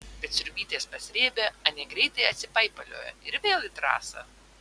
bet sriubytės pasrėbę anie greitai atsipaipalioja ir vėl į trasą